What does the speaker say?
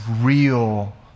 real